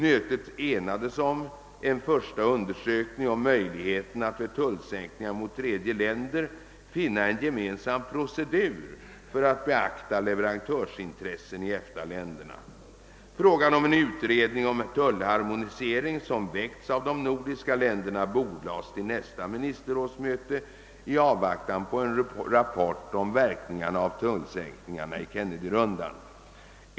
Mötet enades om en första undersökning om möjligheterna att vid tullsänkningar mot tredje länder finna en gemensam procedur för att beakta leverantörsintressen i EFTA länderna. Frågan om en utredning om tullharmonisering, som väckts av de nordiska länderna, bordlades till nästa ministerrådsmöte i avvaktan på en rapport om verkningarna av tullsänkningarna i Kennedyronden.